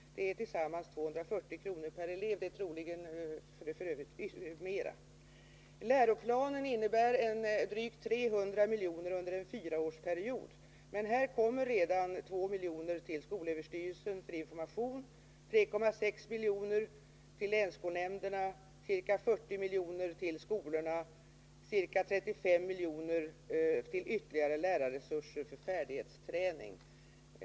Det är tillsammans 240 kr. per elev — troligen mer. Läroplanen innebär drygt 300 miljoner under en fyraårsperiod, men här kommer redan 2 miljoner till skolöverstyrelsen för information, 3,6 miljoner till länsskolnämnderna, ca 40 miljoner till skolorna och ca 35 miljoner till ytterligare lärarresurser för färdighetsträning.